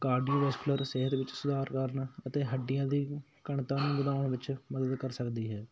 cardiovascular ਸਿਹਤ ਵਿੱਚ ਸੁਧਾਰ ਕਰਨਾ ਅਤੇ ਹੱਡੀਆਂ ਦੀ ਘਣਤਾ ਨੂੰ ਵਧਾਉਣ ਵਿੱਚ ਮਦਦ ਕਰ ਸਕਦੀ ਹੈ